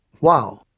Wow